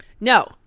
No